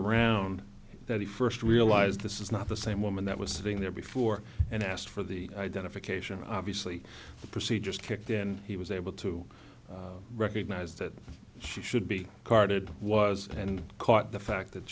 around that he first realized this is not the same woman that was sitting there before and asked for the identification obviously the procedures kicked in he was able to recognize that she should be carted was and caught the fact that